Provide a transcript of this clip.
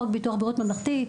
חוק ביטוח בריאות ממלכתי,